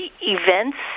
events